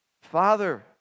Father